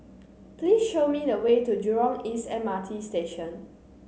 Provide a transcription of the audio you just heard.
please show me the way to Jurong East M R T Station